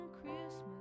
Christmas